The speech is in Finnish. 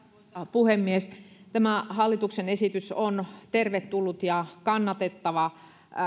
puhemies tämä hallituksen esitys on tervetullut ja kannatettava